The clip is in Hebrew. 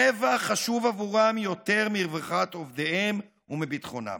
רווח חשוב עבורם יותר מרווחת עובדיהם ומביטחונם.